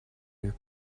your